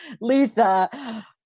Lisa